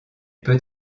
peut